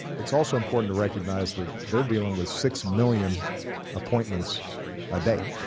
it's also important to recognize that they're dealing with six million appointments a day.